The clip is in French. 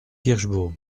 kirschbaum